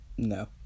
No